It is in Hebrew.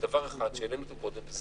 והעלינו קודם,